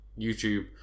YouTube